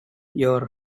your